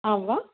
आं वा